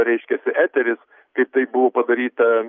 reiškiasi eteris kaip tai buvo padaryta